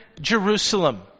Jerusalem